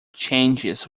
changes